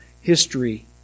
history